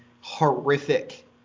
horrific